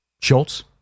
Schultz